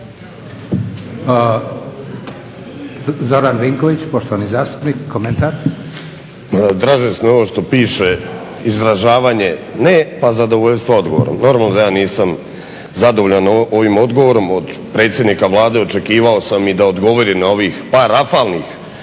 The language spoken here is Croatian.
**Vinković, Zoran (HDSSB)** Pa tražio sam ono što piše izražavanje ne pa zadovoljstvo odgovorom. Normalno da ja nisam zadovoljan ovim odgovorom. Od predsjednika Vlade očekivao sam i da odgovori na ovih par rafalnih